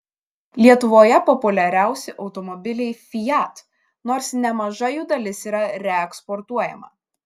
lietuvoje populiariausi automobiliai fiat nors nemaža jų dalis yra reeksportuojama